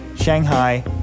Shanghai